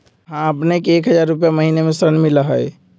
हां अपने के एक हजार रु महीने में ऋण मिलहई?